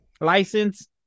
License